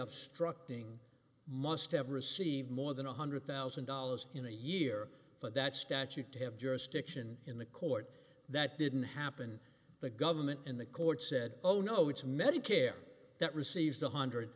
obstructing must have received more than one hundred thousand dollars in a year for that statute to have jurisdiction in the court that didn't happen the government and the courts said oh no it's medicare that receives the one hundred